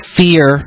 fear